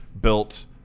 built